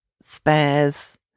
spares